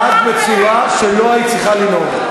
את נהגת בצורה שלא היית צריכה לנהוג.